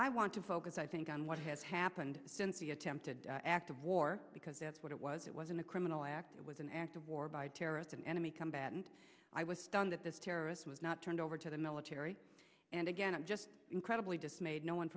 i want to focus i think on what has happened since the attempted act of war because that's what it was it wasn't a criminal act it was an act of war by terrorists an enemy combatant i was stunned that this terrorist was not turned over to the military and again i'm just incredibly dismayed no one